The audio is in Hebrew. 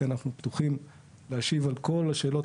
כי אנחנו פתוחים להשיב על כל השאלות,